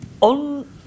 on